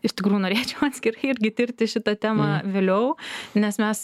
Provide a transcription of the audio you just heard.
iš tikrųjų norėčiau atskirai irgi tirti šitą temą vėliau nes mes